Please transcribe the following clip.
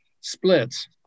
splits